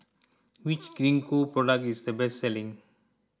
which Gingko product is the best selling